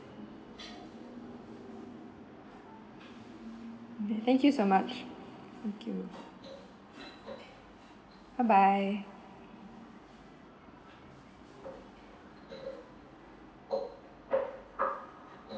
thank you so much thank you bye bye